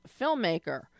filmmaker